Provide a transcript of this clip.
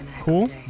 cool